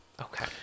okay